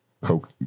coke